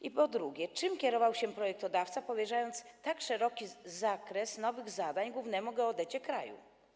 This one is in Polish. I po drugie, czym kierował się projektodawca, powierzając tak szeroki zakres nowych zadań głównemu geodecie kraju?